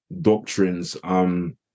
doctrines